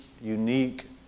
unique